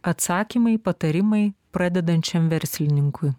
atsakymai patarimai pradedančiam verslininkui